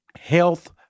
Health